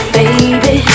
baby